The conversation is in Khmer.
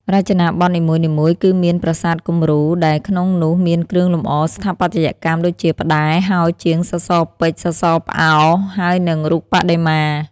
រចនាបថនីមួយៗគឺមានប្រាសាទគំរូ ដែលក្នុងនោះមានគ្រឿងលំអ ស្ថាបត្យកម្ម ដូចជា ផ្ដែរ ហោជាង សសរពេជ្រ សសរផ្អោ ហើយនិងរូបបដិមា។